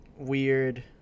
weird